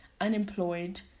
unemployed